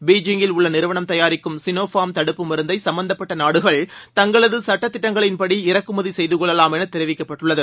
பெய்ஜிங்கில் உள்ள நிறுவனம் தயாரிக்கும் சினோபார்ம் தடுப்பு மருந்தை சம்பந்தப்பட்ட நாடுகள் தங்களது சட்டதிட்டங்களின்படி இற்குமதி செய்து கொள்ளலாம் என தெரிவிக்கப்பட்டுள்ளது